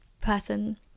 person